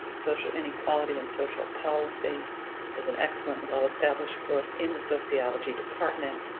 social inequality and social policy is an excellent and well-established course in the sociology department,